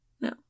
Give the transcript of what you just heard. No